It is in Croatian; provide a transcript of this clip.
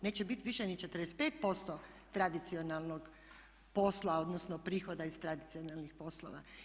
Neće biti više ni 45% tradicionalnog posla odnosno prihoda iz tradicionalnih poslova.